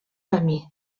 camí